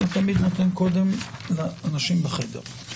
אני תמיד נותן קודם לאנשים בחדר לדבר.